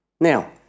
Now